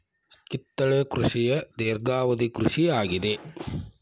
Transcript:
ಕಿತ್ತಳೆ ಕೃಷಿಯ ಧೇರ್ಘವದಿ ಕೃಷಿ ಆಗಿದೆ